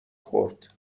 خورد